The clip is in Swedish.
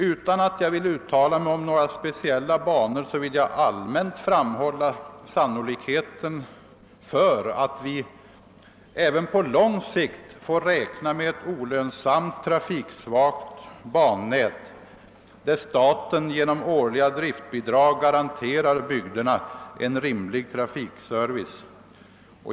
Utan att vilja uttala mig om några speciella banor vill jag dock allmänt framhålla sannolikheten för att vi även på lång sikt får räkna med ett olönsamt trafiknät där staten genom årliga driftbidrag garanterar bygderna en rimlig trafikservice.